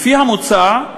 לפי המוצע,